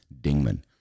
Dingman